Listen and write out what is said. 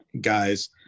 guys